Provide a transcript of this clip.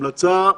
המלצה,